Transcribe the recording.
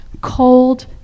cold